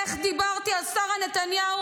איך דיברתי על שרה נתניהו,